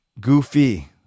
Goofy